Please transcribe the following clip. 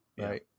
right